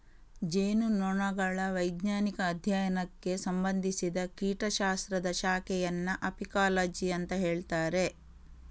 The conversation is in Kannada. ಜೇನುನೊಣಗಳ ವೈಜ್ಞಾನಿಕ ಅಧ್ಯಯನಕ್ಕೆ ಸಂಬಂಧಿಸಿದ ಕೀಟ ಶಾಸ್ತ್ರದ ಶಾಖೆಯನ್ನ ಅಪಿಕಾಲಜಿ ಅಂತ ಹೇಳ್ತಾರೆ